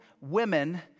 women